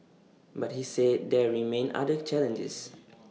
but he said there remain other challenges